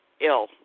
ill